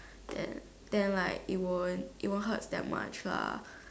there then like it won't it won't hurt that much lah